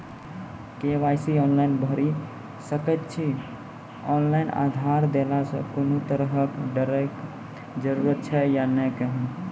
KYC online भैरि सकैत छी, ऑनलाइन आधार देलासॅ कुनू तरहक डरैक जरूरत छै या नै कहू?